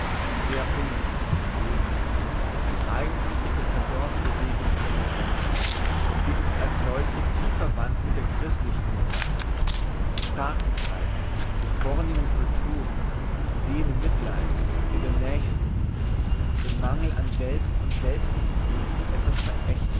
ein sehr unglücklicher versuch ist die eigentliche dcadence bewegung in der moral sie ist als solche tief verwandt mit der christlichen moral die starken zeiten die vornehmen culturen sehen im mitleiden in der nächstenliebe im mangel an selbst und selbstgefühl etwas